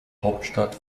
hauptstadt